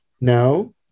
No